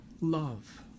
love